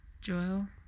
joel